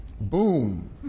boom